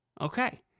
Okay